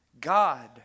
God